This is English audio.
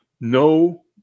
no